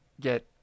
get